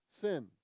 sin